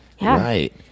Right